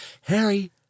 Harry